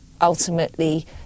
ultimately